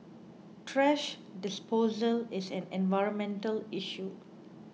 thrash disposal is an environmental issue